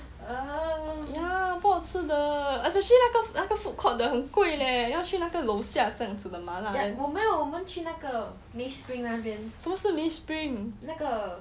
ya 不好吃的 especially 那个那个 food court 的很贵 leh 要去那个楼下这样子的麻辣